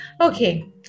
Okay